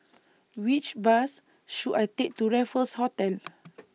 Which Bus should I Take to Raffles Hotel